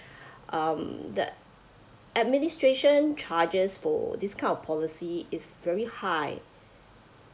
um the administration charges for this kind of policy is very high